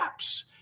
apps